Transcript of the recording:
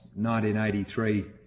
1983